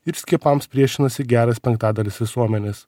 ir skiepams priešinasi geras penktadalis visuomenės